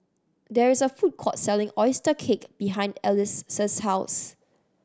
there is a food court selling oyster cake behind Alice house